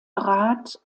rat